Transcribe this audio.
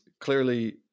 clearly